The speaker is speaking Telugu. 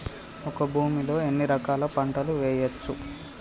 ఒక భూమి లో ఎన్ని రకాల పంటలు వేయచ్చు?